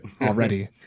already